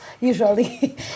usually